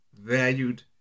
valued